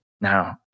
Now